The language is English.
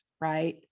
Right